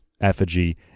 effigy